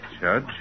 Judge